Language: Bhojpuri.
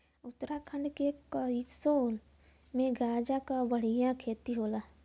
उत्तराखंड के कसोल में गांजा क बढ़िया खेती होला